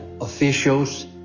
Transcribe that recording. officials